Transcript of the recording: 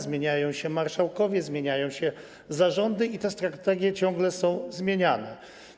Zmieniają się marszałkowie, zmieniają się zarządy i te strategie ciągle są zmieniane.